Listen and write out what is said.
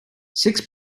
six